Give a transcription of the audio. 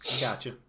Gotcha